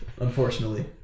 unfortunately